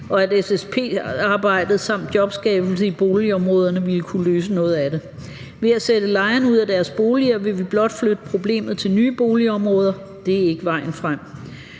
og at SSP-samarbejdet samt jobskabelse i boligområderne vil kunne løse noget af det. Ved at sætte lejere ud af deres boliger vil vi blot flytte problemet til nye boligområder. Det er ikke vejen frem.